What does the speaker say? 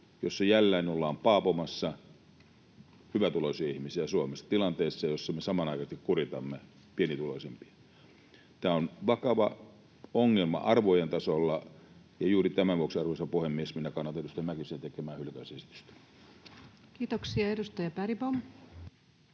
joilla jälleen ollaan paapomassa hyvätuloisia ihmisiä Suomessa tilanteessa, jossa me samanaikaisesti kuritamme pienituloisimpia. Tämä on vakava ongelma arvojen tasolla, ja juuri tämän vuoksi, arvoisa puhemies, minä kannatan edustaja Mäkysen tekemää hylkäysesitystä. [Speech 182] Speaker: